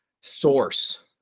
source